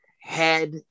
head